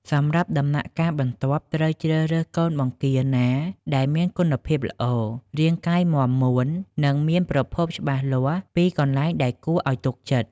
សម្រាប់ដំណាក់កាលបន្ទាប់ ត្រូវជ្រើសរើសកូនបង្គាណាដែលមានសុខភាពល្អ រាងកាយមាំមួន និងមានប្រភពច្បាស់លាស់ពីកន្លែងដែលគួរឲ្យទុកចិត្ត។